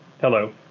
Hello